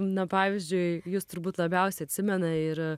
na pavyzdžiui jus turbūt labiausiai atsimena ir